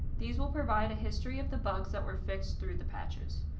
these will provide a history of the bugs that were fixed through the patches.